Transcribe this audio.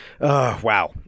wow